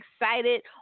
excited